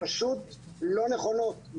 פשוט לא נכונות.